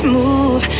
move